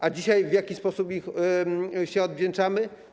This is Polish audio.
A dzisiaj w jaki sposób im się odwdzięczamy?